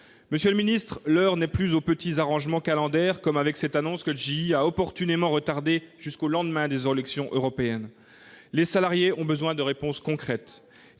Monsieur le ministre, l'heure n'est plus aux petits arrangements calendaires, comme avec cette annonce que GE a opportunément retardée jusqu'au lendemain des élections européennes. Les salariés ont besoin de réponses concrètes.